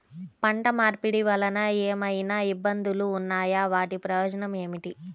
పంట మార్పిడి వలన ఏమయినా ఇబ్బందులు ఉన్నాయా వాటి ప్రయోజనం ఏంటి?